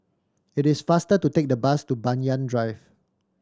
it is faster to take the bus to Banyan Drive